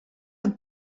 amb